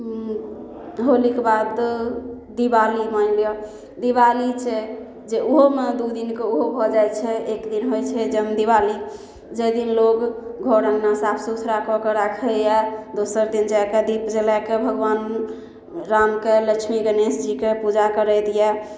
होलीके बाद दिवाली मानि लिअ दिवाली छै जे ओहूमे दू दिनके ओहो भऽ जाइ छै एक दिन होइ छै जम दिवाली जाहि दिन लोग घर अँगना साफ सुथरा कऽ कऽ राखैए दोसर दिन जाकऽ दीप जलाकऽ भगवान रामके लक्ष्मी गणेश जीके पूजा करैत यऽ